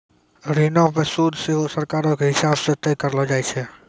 ऋणो पे सूद सेहो सरकारो के हिसाब से तय करलो जाय छै